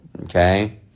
okay